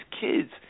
kids